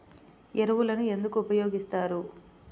ఎరువులను ఎందుకు ఉపయోగిస్తారు?